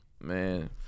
Man